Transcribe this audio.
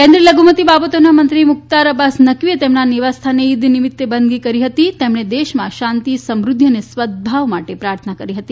કેન્દ્રીય લધુમતી બાબતોના મંત્રી મુખ્તાર અબ્બાસ નકવીએ તેમના નિવાસ સ્થાને ઇદ નિમિત્તે બંદગી કરી હતી તેમણે દેશમાં શાંતી સમૃઘ્ઘિ અને સદભાવ માટે પ્રાર્થના કરી હતી